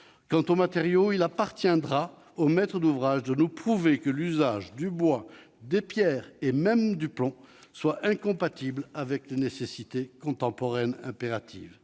Quant aux matériaux, il appartiendra au maître d'ouvrage de nous prouver que l'usage du bois, des pierres et même du plomb est incompatible avec les nécessités contemporaines.